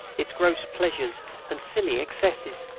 its gross pleasures and silly excesses!